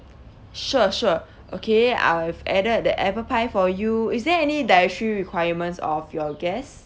sure sure okay I've added the apple pie for you is there any dietary requirements of your guest